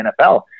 NFL